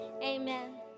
amen